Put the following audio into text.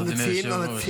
אדוני היושב-ראש?